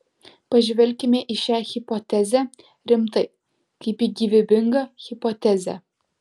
pažvelkime į šią hipotezę rimtai kaip į gyvybingą hipotezę